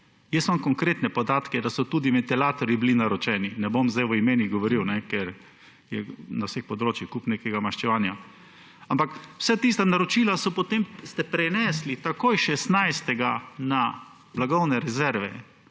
Jaz imam konkretne podatke, da so tudi ventilatorji bili naročeni, ne bom zdaj o imenih govoril, ker je na vseh področjih kup nekega maščevanja. Ampak vsa tista naročila ste prenesli takoj 16. na blagovne rezerve.